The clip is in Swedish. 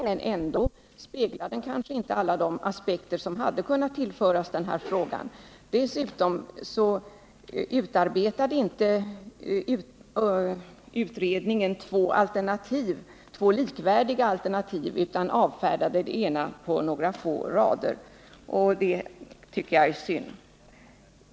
Herr talman! Herr Richardson tycker att den föreslagna modellen är en naturlig uppdelning och hänvisar till den s.k. SIK-utredningens betänkande, som ligger till grund för propositionen. Låt mig då bara erinra om att den utredningen var en enmansutredning, visserligen av en kompetent utredare, men den speglar kanske ändå inte alla de aspekter som hade kunnat tillföras frågan. Dessutom utarbetade inte utredningen två likvärdiga alternativ utan avfärdade det ena på några få rader. Det tycker jag är synd.